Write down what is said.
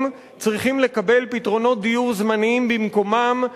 צריכים לקבל פתרונות דיור זמניים במקומם,